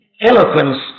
eloquence